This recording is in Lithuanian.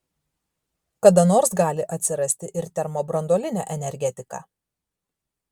kada nors gali atsirasti ir termobranduolinė energetika